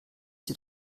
sie